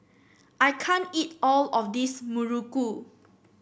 I can't eat all of this muruku